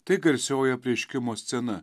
tai garsioji apreiškimo scena